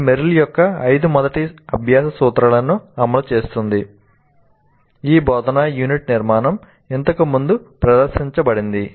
ఇది మెర్రిల్ యొక్క ఐదు మొదటి అభ్యాస సూత్రాలను అమలు చేస్తుంది ఈ బోధనా యూనిట్ నిర్మాణం ఇంతకు ముందు ప్రదర్శించబడింది